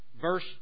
Verse